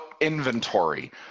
inventory